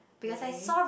really